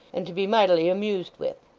and to be mightily amused with.